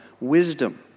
wisdom